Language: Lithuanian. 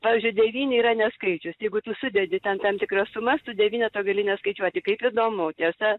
pavyzdžiui devyni yra ne skaičius jeigu tu sudedi ten tam tikras sumas tu devyneto gali neskaičiuoti kaip įdomu tiesa